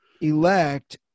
elect